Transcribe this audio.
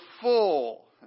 full